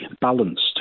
balanced